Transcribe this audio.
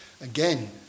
Again